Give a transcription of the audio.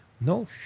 no